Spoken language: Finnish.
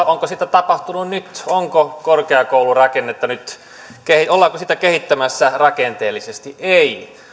onko sitä tapahtunut nyt ollaanko korkeakoulurakennetta nyt kehittämässä rakenteellisesti ei